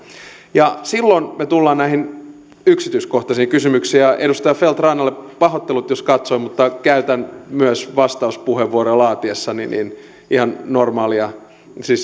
sitten me tulemme näihin yksityiskohtaisiin kysymyksiin ja edustaja feldt rannalle pahoittelut jos katsoin mutta käytän myös vastauspuheenvuoroja laatiessani ihan normaalia